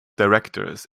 directors